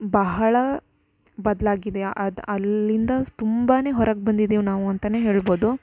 ಬಹಳ ಬದಲಾಗಿದೆ ಅದು ಅಲ್ಲಿಂದ ತುಂಬಾ ಹೊರಗೆ ಬಂದಿದ್ದೇವೆ ನಾವು ಅಂತ ಹೇಳ್ಬೋದು